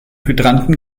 hydranten